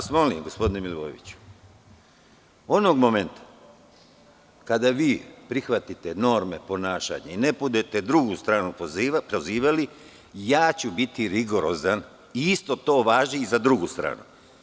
Molim vas, gospodine Milivojeviću, onog momenta kada vi prihvatite norme ponašanja i ne budete drugu stranu prozivali, biću rigorozan i isto to važi i za drugu stranu.